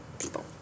people